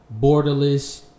borderless